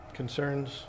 Concerns